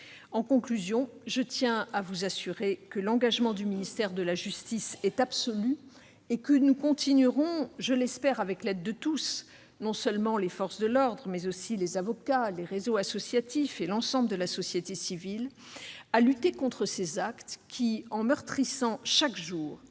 En conclusion, je tiens à vous assurer que l'engagement du ministère de la justice est absolu et que nous continuerons, avec l'aide de tous- non seulement les forces de l'ordre, mais aussi les avocats, les réseaux associatifs et l'ensemble de la société civile -, à lutter contre ces actes qui, en meurtrissant chaque jour